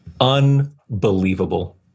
unbelievable